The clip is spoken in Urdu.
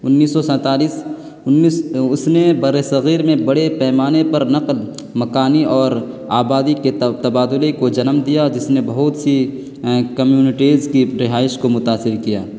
انیس سو سینتالیس انیس اس نے بر صغیر میں بڑے پیمانے پر نقل مکانی اور آبادی کے تبادلے کو جنم دیا جس نے بہت سی کمیونٹیز کی رہائش کو متأثر کیا